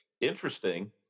interesting